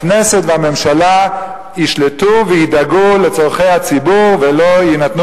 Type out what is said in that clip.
הכנסת והממשלה ישלטו וידאגו לצורכי הציבור ולא יינתנו